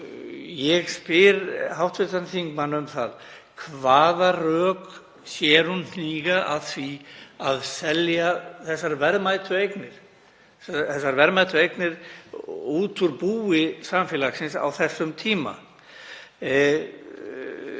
Ég spyr hv. þingmann um það hvaða rök hún sjái hníga að því að selja þessari verðmætu eignir út úr búi samfélagsins á þessum tíma.